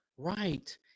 Right